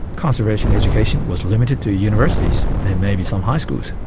conservation education was limited to universities and maybe some high schools,